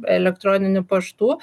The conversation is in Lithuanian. elektroninių paštų